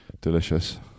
delicious